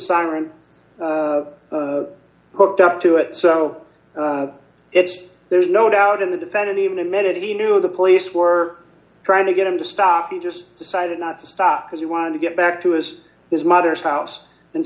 siren hooked up to it so it's there's no doubt in the defendant even admitted he knew the police were trying to get him to stop he just decided not to stop because he wanted to get back to his his mother's house and